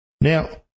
Now